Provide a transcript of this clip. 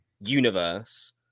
Universe